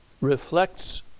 reflects